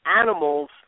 animals